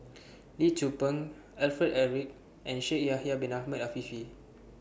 Lee Tzu Pheng Alfred Eric and Shaikh Yahya Bin Ahmed Afifi